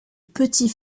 petit